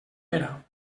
era